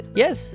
yes